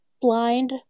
blind